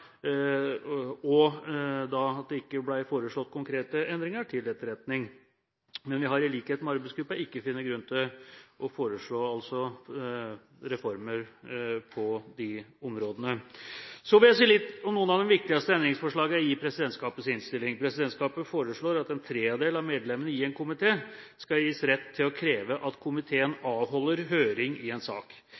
at det ikke ble foreslått konkrete endringer, og vi har i likhet med arbeidsgruppen ikke funnet grunn til å foreslå reformer på de områdene. Jeg vil si litt om noen av de viktigste endringsforslagene i presidentskapets innstilling. Presidentskapet foreslår at en tredjedel av medlemmene i en komité skal gis rett til å kreve at komiteen avholder høring i en sak.